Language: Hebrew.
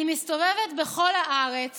אני מסתובבת בכל הארץ